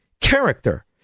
Character